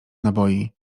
naboi